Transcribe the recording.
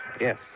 Yes